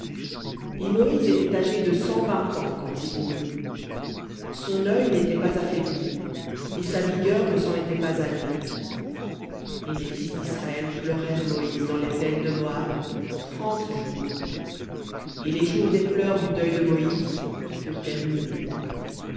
et moïse était âgé de cent vingt ans quand il mourut son œil n'était pas affaibli et sa vigueur ne s'en était pas allée et les fils d'israël pleurèrent moïse dans les plaines de moab trente jours et les jours des pleurs du deuil de moïse furent terminés